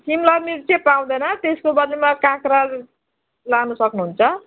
शिमलामिर्च चाहिँ पाउँदैन त्यसको बद्लीमा काँक्राहरू लान सक्नुहुन्छ